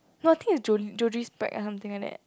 no I think it's jol~ Judy Speck or something like that